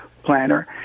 Planner